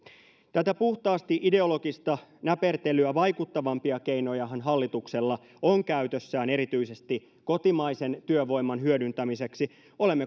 tätä puhtaasti ideologista näpertelyä vaikuttavampia keinojahan hallituksella on käytössään erityisesti kotimaisen työvoiman hyödyntämiseksi olemme